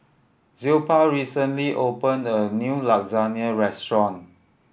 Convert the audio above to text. Zilpah recently opened a new Lasagne Restaurant